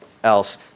else